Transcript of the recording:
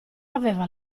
aveva